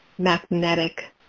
magnetic